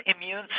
immune